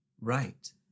Right